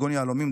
כגון יהלומים,